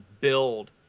build